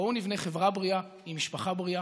בואו נבנה חברה בריאה עם משפחה בריאה.